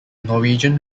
norwegian